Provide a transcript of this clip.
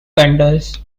vendors